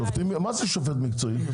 מה זה שופט מקצועי?